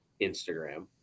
Instagram